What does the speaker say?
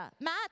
Matt